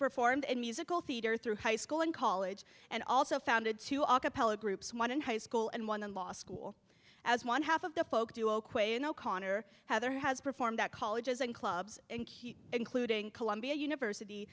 performed in musical theater through high school and college and also founded two acapella groups one in high school and one in law school as one half of the folk to acquaint o'connor heather has performed at colleges and clubs including columbia university